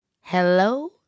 Hello